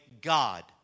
God